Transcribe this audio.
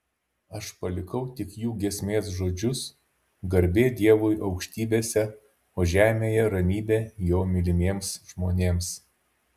aš palikau tik jų giesmės žodžius garbė dievui aukštybėse o žemėje ramybė jo mylimiems žmonėms